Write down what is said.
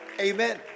Amen